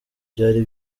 byari